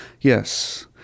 yes